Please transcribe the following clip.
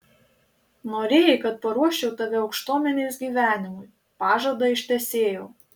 norėjai kad paruoščiau tave aukštuomenės gyvenimui pažadą ištesėjau